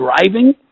driving